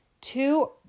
Two